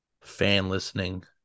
fan-listening